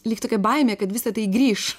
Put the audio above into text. lyg tokia baimė kad visa tai grįš